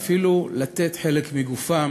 ואפילו לתת חלק מגופם,